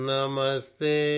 Namaste